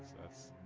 that's